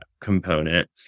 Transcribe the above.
Component